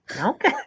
Okay